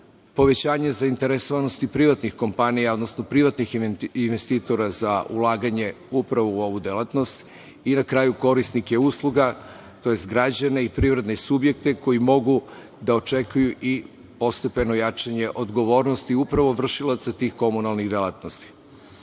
povećanje zainteresovanosti privatnih kompanija, odnosno privatnih investitora za ulaganje upravo u ovu delatnost i na kraju korisnike usluga, tj. građane i privredne subjekte koji mogu da očekuju i postepeno jačanje odgovornosti upravo vršilaca tih komunalnih delatnosti. Ono